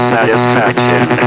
Satisfaction